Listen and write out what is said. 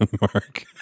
Mark